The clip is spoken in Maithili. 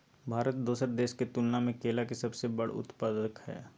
भारत दोसर देश के तुलना में केला के सबसे बड़ उत्पादक हय